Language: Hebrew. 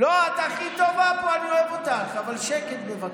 את הכי טובה פה, אני אוהב אותך, אבל שקט, בבקשה.